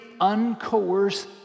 uncoerced